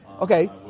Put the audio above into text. Okay